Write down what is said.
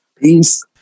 Peace